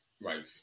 Right